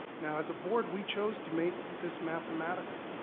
now as a board, we chose to make this mathematical.